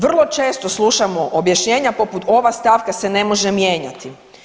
Vrlo često slušamo objašnjenja poput ova stavka se ne može mijenjati.